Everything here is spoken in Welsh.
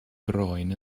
groen